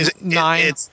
Nine